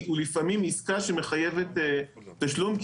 הוא לפעמים עיסקה שמחייבת תשלום,